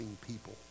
people